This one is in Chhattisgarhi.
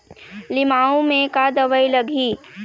लिमाऊ मे का दवई लागिही?